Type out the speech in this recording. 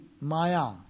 maya